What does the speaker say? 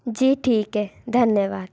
जी ठीक है धन्यवाद